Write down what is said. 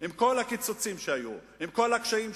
עם כל הקיצוצים שהיו, עם כל הקשיים שהיו,